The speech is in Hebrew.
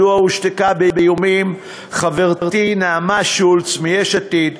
מדוע הושתקה באיומים חברתי נעמה שולץ מיש עתיד,